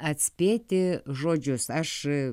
atspėti žodžius aš